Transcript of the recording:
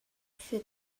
für